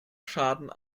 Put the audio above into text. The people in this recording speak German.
schaden